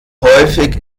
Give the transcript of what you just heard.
häufig